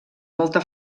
molta